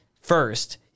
first